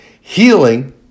healing